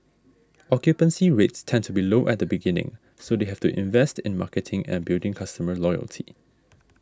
occupancy rates tend to be low at the beginning so they have to invest in marketing and building customer loyalty